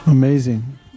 Amazing